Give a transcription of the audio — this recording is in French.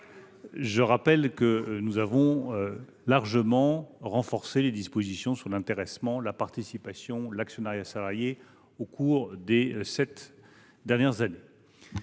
ce titre que nous avons considérablement renforcé les dispositions sur l’intéressement, la participation, l’actionnariat salarié au cours des sept dernières années.